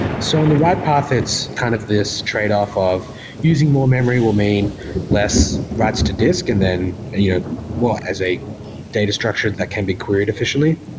so on the write path it's kind of this tradeoff of using more memory will mean less writes to disk and then yeah as a data structure that can be queried efficiently.